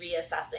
reassessing